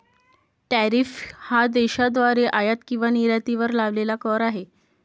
tariff हा देशाद्वारे आयात किंवा निर्यातीवर लावलेला कर आहे